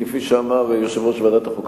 כפי שאמר יושב-ראש ועדת החוקה,